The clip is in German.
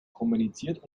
kommuniziert